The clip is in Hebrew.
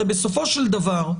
הרי בסופו של דבר,